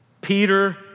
Peter